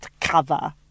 cover